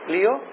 Leo